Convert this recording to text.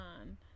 on